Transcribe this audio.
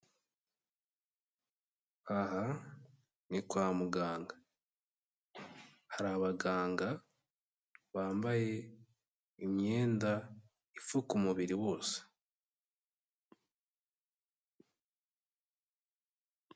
Aha ni kwa muganga, hari abaganga bambaye imyenda ipfuka umubiri wose.